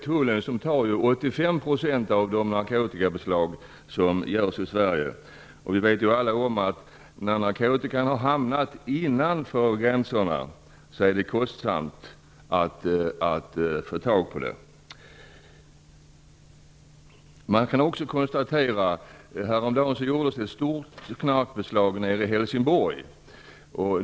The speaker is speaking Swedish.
Tullen står för 85 % av de narkotikabeslag som görs i Sverige. Vi vet alla om att när narkotikan har hamnat innanför gränserna är det kostsamt att få tag på det. Häromdagen gjordes ett stort knarkbeslag i Helsingborg.